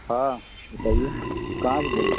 हाँ बताइए कहाँ से बोल रहे हैं